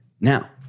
Now